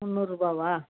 முந்நூருபாவா